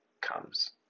comes